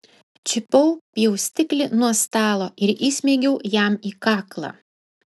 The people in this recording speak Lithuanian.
čiupau pjaustiklį nuo stalo ir įsmeigiau jam į kaklą